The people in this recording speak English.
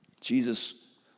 Jesus